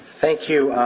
thank you.